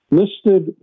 listed